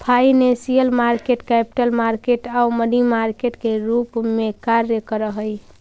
financial market capital market आउ money market के रूप में कार्य करऽ हइ